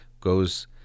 goes